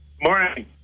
Morning